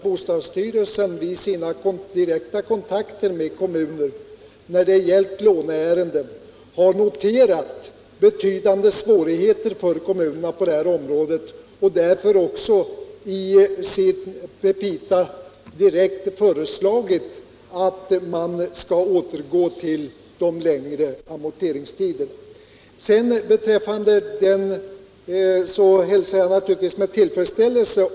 Bostadsstyrelsen har vid sina direkta kontakter med kommuner i låneärenden noterat betydande svårigheter för kommunerna på det här området, och styrelsen har därför i sina petita föreslagit att man skall återgå till de längre amorteringstiderna.